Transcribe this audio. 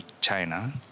China